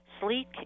sleep